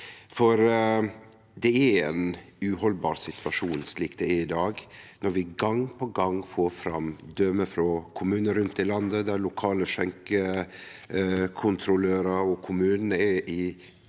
det. Det er ein uhaldbar situasjon slik det er i dag, når vi gong på gong får døme frå kommunar rundt omkring i landet der lokale skjenkekontrollørar og kommunar er i